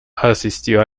asistió